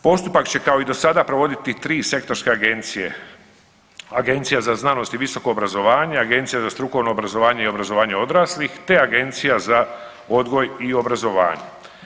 Postupak će kao i do sada provoditi 3 sektorske agencije, Agencija za znanost i visoko obrazovanje, Agencija za strukovno obrazovanje i obrazovanje odraslih te Agencija za odgoj i obrazovanje.